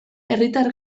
herritar